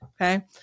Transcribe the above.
Okay